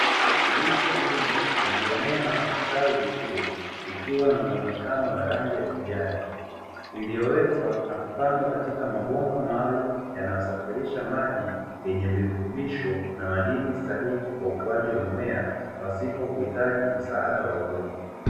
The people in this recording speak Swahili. Miche mingi iliyomea na kustawi vizuri ikiwa na muonekano wa rangi ya kijani iliyowekwa na kupandwa katika mabomba maalumu, yanayosafirisha maji yenye virutubisho na madini stahiki kwa ukuaji wa mimea pasipo kuhitaji msaada wa udongo.